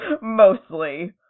mostly